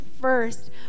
first